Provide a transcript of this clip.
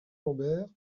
lambert